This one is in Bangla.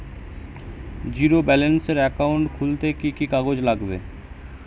জীরো ব্যালেন্সের একাউন্ট খুলতে কি কি কাগজ লাগবে?